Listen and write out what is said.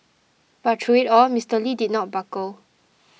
but through it all Mister Lee did not buckle